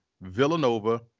Villanova